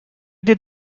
did